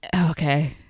Okay